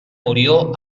murió